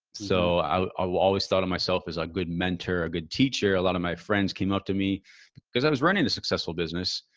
so i ah always thought of myself as a good mentor, a good teacher. a lot of my friends came up to me because i was running a successful business.